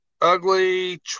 ugly